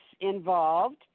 involved